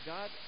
God